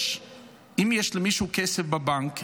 אם יש למישהו כסף בבנק,